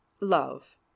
Love